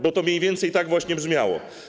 bo to mniej więcej tak właśnie brzmiało.